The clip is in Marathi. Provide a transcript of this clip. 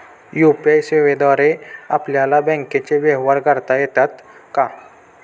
यू.पी.आय सेवेद्वारे आपल्याला बँकचे व्यवहार करता येतात का?